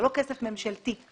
זה לא כסף ממשלתי.